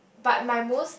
but my most